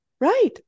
right